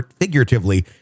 figuratively